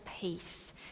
peace